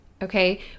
Okay